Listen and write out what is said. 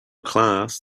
class